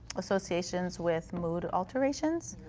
associations with mood alterations